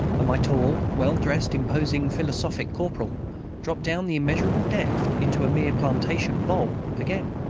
my tall, well-dressed, imposing, philosophic corporal dropped down the immeasurable depth into a mere plantation bob again.